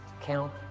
count